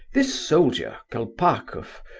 this soldier, kolpakoff,